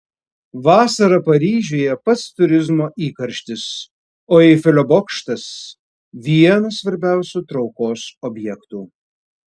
vasarą paryžiuje pats turizmo įkarštis o eifelio bokštas vienas svarbiausių traukos objektų